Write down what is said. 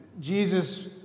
Jesus